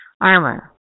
armor